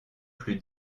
plus